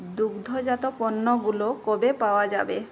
দুগ্ধজাত পণ্যগুলো কবে পাওয়া যাবে